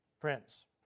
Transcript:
Friends